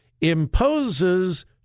imposes